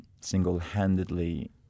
single-handedly